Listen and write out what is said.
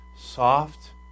Soft